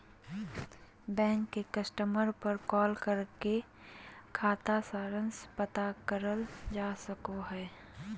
bank के customer पर call करके खाता सारांश पता करल जा सको हय